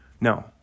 No